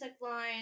line